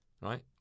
right